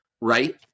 Right